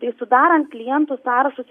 ir sudarant klientų sąrašus